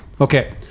okay